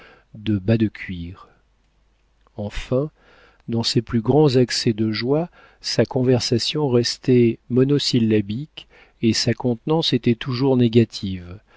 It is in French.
à vide de bas de cuir enfin dans ses plus grands accès de joie sa conversation restait monosyllabique et sa contenance était toujours négative